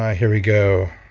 ah here we go,